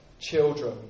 children